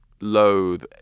loathe